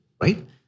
right